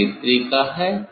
यह नेत्रिका है